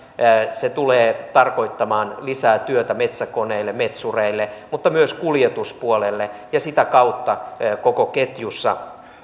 se tulee tarkoittamaan lisää työtä metsäkoneille metsureille mutta myös kuljetuspuolelle ja sitä kautta koko ketjussa